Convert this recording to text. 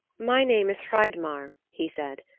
my name is hreidmar, he said,